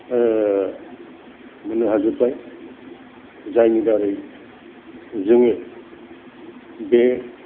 मोन्नो हाजोब्बाय जायनि दारै जोङो बे